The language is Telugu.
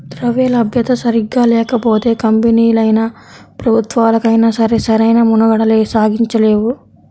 ద్రవ్యలభ్యత సరిగ్గా లేకపోతే కంపెనీలైనా, ప్రభుత్వాలైనా సరే సరైన మనుగడ సాగించలేవు